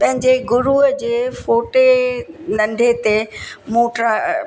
पंहिंजे गुरूअ जे फ़ोटे नंढे ते मूं ट्र